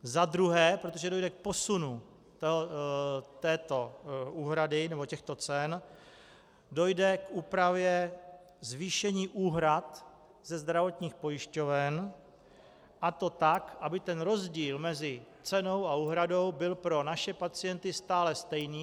Za druhé, protože dojde k posunu této úhrady nebo těchto cen, dojde k úpravě zvýšení úhrad ze zdravotních pojišťoven, a to tak, aby ten rozdíl mezi cenou a úhradou byl pro naše pacienty stále stejný.